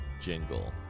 jingle